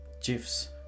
chiefs